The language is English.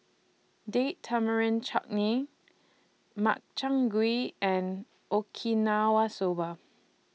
Date Tamarind Chutney Makchang Gui and Okinawa Soba